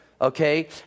Okay